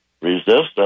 resistance